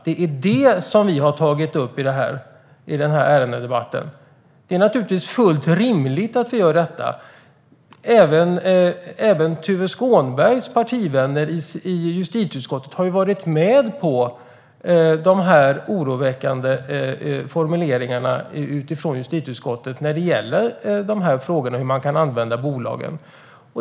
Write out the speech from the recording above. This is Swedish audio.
Det är det som vi har tagit upp i denna ärendedebatt. Det är naturligtvis fullt rimligt att vi gör det. Även Tuve Skånbergs partivänner i justitieutskottet har varit med på de oroväckande formuleringarna från justitieutskottet när det gäller dessa frågor och hur man kan använda bolagen.